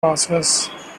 passes